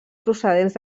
procedents